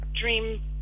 dream